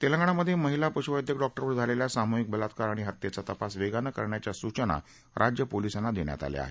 तेलंगणामध्ये महिला पशुवैद्यक डॉक्टरवर झालेल्या सामूहीक बलात्कार आणि हत्येचा तपास वेगानं करण्याच्या सूचना राज्य पोलिसांना देण्यात आल्या आहेत